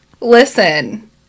Listen